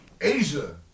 Asia